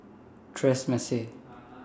Tresemme